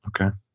Okay